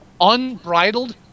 unbridled